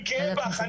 אני גאה בך,